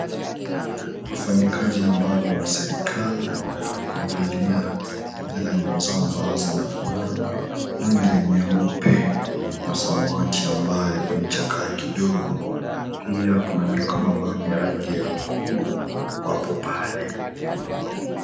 Wafanyikazi ambao ni wa serikali, wamevalia zile nguo zao ambao zinafanana rangi ya nyeupe na samawati ambayo imechakaa kidogo. Pia kuna mikoba ambayo ni ya rangi ya nyekundu wapo pale.